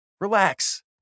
Relax